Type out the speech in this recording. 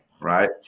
Right